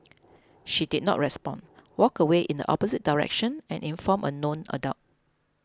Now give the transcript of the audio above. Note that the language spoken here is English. she did not respond walked away in the opposite direction and informed a known adult